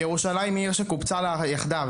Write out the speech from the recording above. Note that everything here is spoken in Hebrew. ירושלים היא עיר שקובצה לה יחדיו,